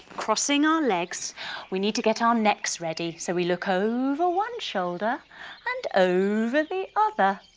crossing our legs we need to get our necks ready so we look over one shoulder and over the other.